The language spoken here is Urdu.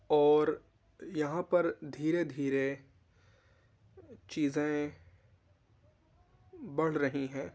اور یہاں پر دھیرے دھیرے چیزیں بڑھ رہی ہیں